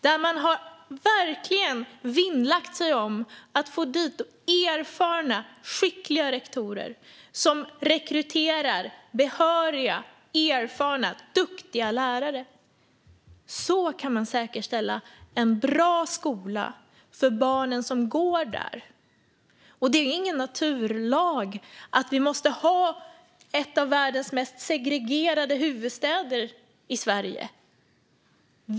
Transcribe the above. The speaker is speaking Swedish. Där har man verkligen vinnlagt sig om att få dit erfarna, skickliga rektorer, som rekryterar behöriga, erfarna, duktiga lärare. Så kan man säkerställa en bra skola för barnen som går där. Det är ingen naturlag att vi i Sverige ska ha en av världens mest segregerade huvudstäder.